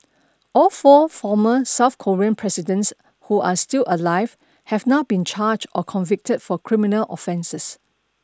all four former South Korean presidents who are still alive have now been charged or convicted for criminal offences